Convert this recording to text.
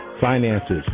finances